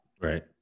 Right